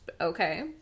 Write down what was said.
okay